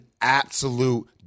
absolute